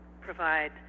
provide